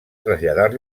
traslladar